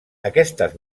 aquestes